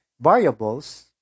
variables